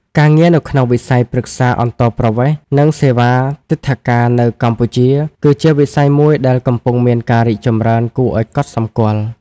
ការងារនៅក្នុងវិស័យប្រឹក្សាអន្តោប្រវេសន៍ និងសេវាទិដ្ឋាការនៅកម្ពុជា គឺជាវិស័យមួយដែលកំពុងមានការរីកចម្រើនគួរឱ្យកត់សម្គាល់។